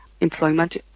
employment